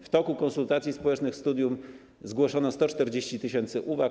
W toku konsultacji społecznych studium zgłoszono 140 tys. uwag.